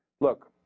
Look